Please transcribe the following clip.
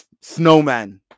Snowman